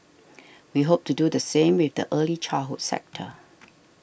we hope to do the same with the early childhood sector